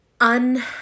un